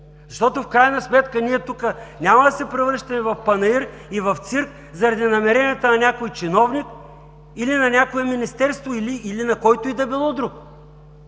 Защото в крайна сметка ние тук няма да се превръщаме в панаир и в цирк заради намеренията на някой чиновник или на някое министерство, или на който и да било друг.